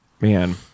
man